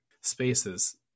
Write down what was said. spaces